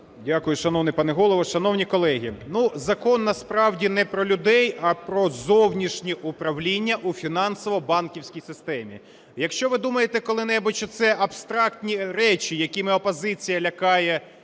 Дякую. Шановний пане Голово, шановні колеги! Закон насправді не про людей, а про зовнішнє управління у фінансово-банківській системі. Якщо ви думаєте коли-небудь, що це абстрактні речі, якими опозиція лякає